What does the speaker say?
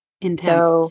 Intense